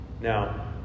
Now